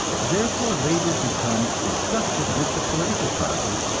therefore, labor becomes disgusted with the political process,